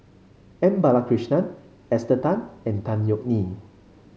M Balakrishnan Esther Tan and Tan Yeok Nee